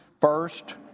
first